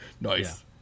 Nice